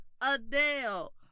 Adele